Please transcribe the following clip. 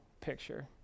picture